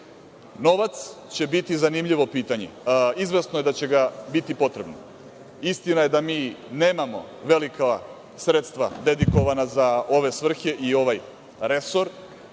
će biti zanimljivo pitanje. Izvesno je da će ga biti potrebno. Istina je da mi nemamo velika sredstva dedikovana za ove svrhe i ovaj resor.